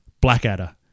Blackadder